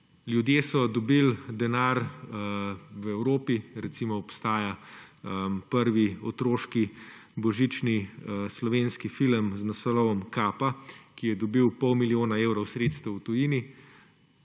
Ljudje so dobili denar, v Evropi recimo obstaja prvi otroški božični slovenski film z naslovom Kapa, ki je dobil pol milijona evrov sredstev v tujini,